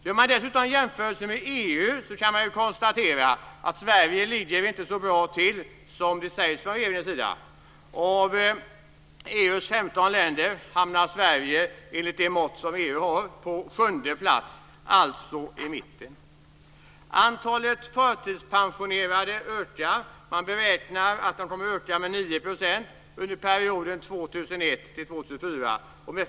Gör man dessutom jämförelsen med EU kan man konstatera att Sverige inte ligger så bra till som det sägs från regeringens sida. Av EU:s 15 länder hamnar Sverige, enligt det mått som EU har, på sjunde plats, alltså i mitten. Antalet förtidspensionerade ökar. Man beräknar att det kommer att öka med 9 % under perioden 2004.